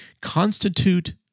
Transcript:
constitute